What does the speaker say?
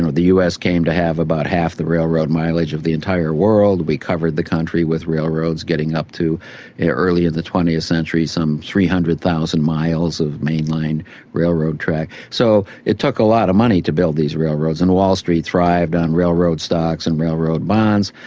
ah the us came to have about half the railroad mileage of the entire world, we covered the country with railroads getting up to early in the twentieth century, some three hundred thousand miles of mainline railroad track. so it took a lot of money to build these railroads, and wall street thrived on railroad stocks and railroad bonds.